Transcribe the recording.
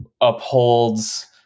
upholds